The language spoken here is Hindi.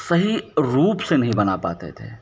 सही रूप से नहीं बना पाते थे